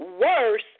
worse